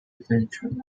eventuality